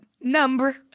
number